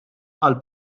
għall